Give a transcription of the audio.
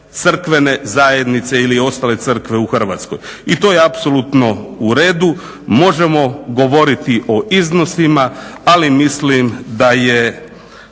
crkvene zajednice ili ostale crkve u Hrvatskoj i to je apsolutno u redu. Možemo govoriti o iznosima ali mislim da je